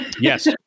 Yes